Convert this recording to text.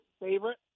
favorite